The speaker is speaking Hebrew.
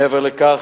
מעבר לכך,